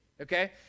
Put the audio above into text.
okay